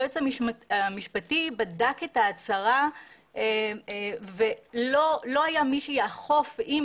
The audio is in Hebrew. היועץ המשפטי בדק את ההצהרה ולא היה מי שיאכוף את